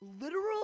literal